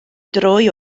droi